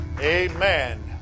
amen